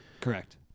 correct